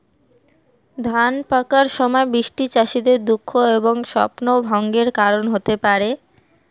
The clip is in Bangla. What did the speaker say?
ধান পাকার সময় বৃষ্টি চাষীদের দুঃখ এবং স্বপ্নভঙ্গের কারণ হতে পারে